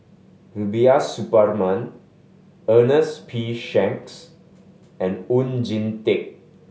Rubiah Suparman Ernest P Shanks and Oon Jin Teik